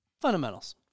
Fundamentals